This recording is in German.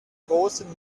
großen